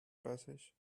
passage